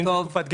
אם זה קופת גמל,